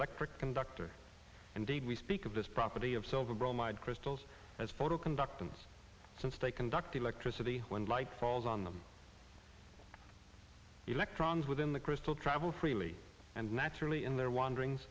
electric conductor indeed we speak of this property of silver bromide crystals as photo conductance since they conduct electricity when light falls on them electrons within the crystal travel freely and naturally in their wandering